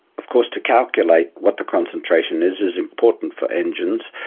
of course to calculate what the concentration is is important for engines.